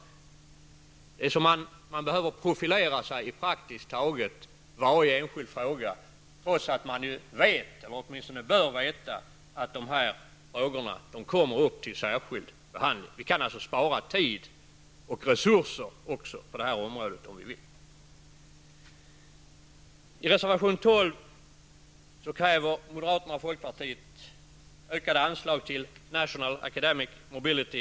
Det förefaller som om man måste profilera sig i praktiskt taget varje enskild fråga, trots att man vet eller åtminstone bör veta att frågorna kommer upp till särskild behandling. Vi kan alltså spara både tid och resurser även på detta område om vi vill. Information Centre, NAMIC.